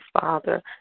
Father